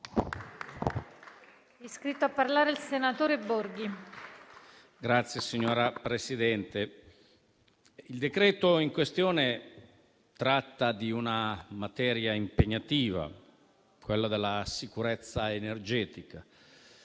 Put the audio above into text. il decreto-legge in questione tratta di una materia impegnativa, quella della sicurezza energetica,